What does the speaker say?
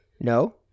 No